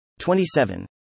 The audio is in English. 27